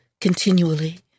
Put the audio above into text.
continually